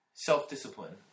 Self-discipline